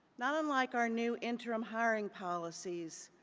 not unlike our new interim hiring policies,